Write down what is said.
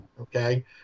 Okay